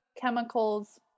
chemicals